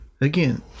again